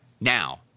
Now